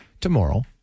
tomorrow